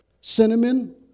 Cinnamon